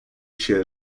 się